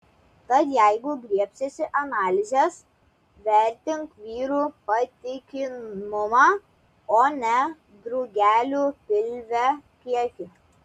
tad jeigu griebsiesi analizės vertink vyrų patikimumą o ne drugelių pilve kiekį